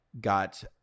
got